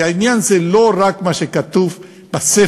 כי העניין זה לא רק מה שכתוב בספר,